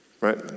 Right